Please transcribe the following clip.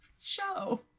show